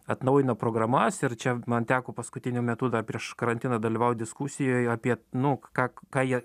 atnaujina programas ir čia man teko paskutiniu metu dar prieš karantiną dalyvaut diskusijoje apie nuk ką ką jie